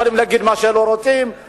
יכולים להגיד מה שלא רוצים.